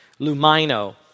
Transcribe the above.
lumino